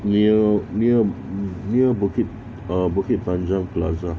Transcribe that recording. near near near bukit uh bukit panjang plaza